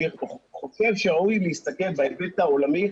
אני חושב שראוי להסתכל בהיבט העולמי,